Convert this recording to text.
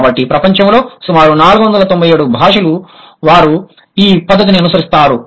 కాబట్టి ప్రపంచంలో సుమారు 497 భాషలు వారు ఈ పద్ధతిని అనుసరిస్తారు